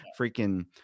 freaking